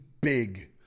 big